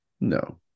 No